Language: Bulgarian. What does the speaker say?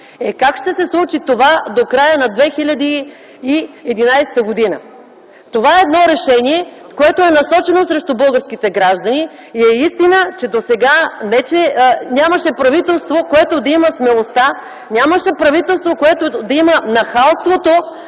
как ще се случи това до края на 2011 г.? Това е едно решение, което е насочено срещу българските граждани и е истина, че досега нямаше правителство, което да има смелостта, нямаше правителство, което да има нахалството